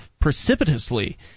precipitously